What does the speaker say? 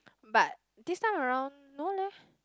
but this time around no leh